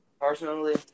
Personally